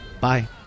Bye